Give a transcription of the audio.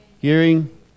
Hearing